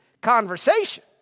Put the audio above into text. conversation